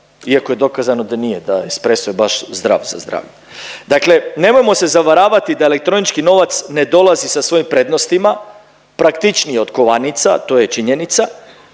iako je dokazano da nije, da espreso je baš zdrav za zdravlje, dakle nemojmo se zavaravati da elektronički novac ne dolazi sa svojim prednostima, praktičniji je od kovanica to je činjenica,